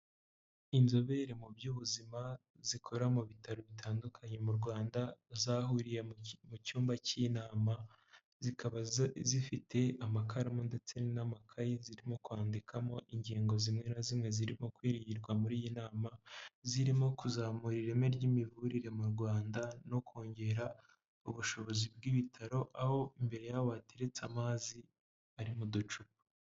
Inzobere mu by'ubuzima zikora mu bitaro bitandukanye mu Rwanda zahuriye mu cyumba cy'inama zikaba zifite amakaramu ndetse n'amakayi zirimo kwandikamo ingingo zimwe na zimwe zirimo kwigirwa muri iyi nama, zirimo kuzamura ireme ry'imivurire mu Rwanda no kongera ubushobozi bw'ibitaro, aho Imbere y'aho hateretse amazi ari mu ducupa.